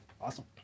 awesome